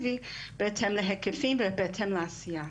היום העשירי בינואר